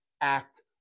act